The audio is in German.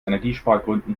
energiespargründen